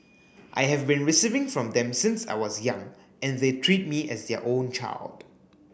I have been receiving from them since I was young and they treat me as their own child